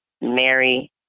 Mary